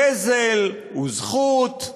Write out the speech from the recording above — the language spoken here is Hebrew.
גזל הוא זכות,